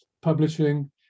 publishing